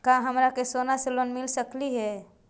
का हमरा के सोना से लोन मिल सकली हे?